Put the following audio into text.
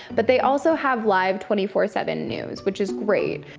but they also have live, twenty four seven news, which is great.